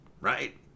right